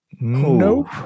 Nope